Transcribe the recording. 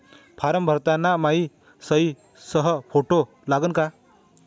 Form भरताना मायी सयी अस फोटो लागन का?